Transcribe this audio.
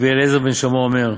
רבי אלעזר בן שמוע אומר,